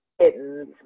kittens